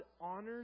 honors